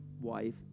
wife